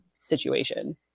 situation